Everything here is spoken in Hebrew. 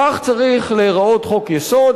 כך צריך להיראות חוק-יסוד,